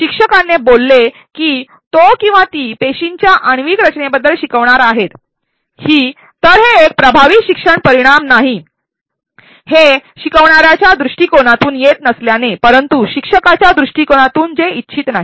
शिक्षक बोलले की तो किंवा ती पेशींच्या आण्विक रचनेबद्दल शिकवणार आहेत तर हा एक प्रभावी शिक्षण परिणाम नाही कारण हा शिकणाऱ्याच्या दृष्टिकोनातून येत नसून फक्त प्रशिक्षकाच्या दृष्टिकोनातून रचलेला आहे